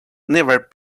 never